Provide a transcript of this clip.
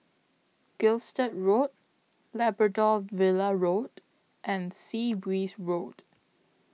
Gilstead Road Labrador Villa Road and Sea Breeze Road